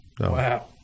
wow